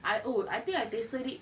I oh I think I tasted it